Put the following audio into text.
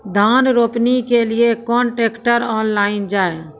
धान रोपनी के लिए केन ट्रैक्टर ऑनलाइन जाए?